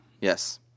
Yes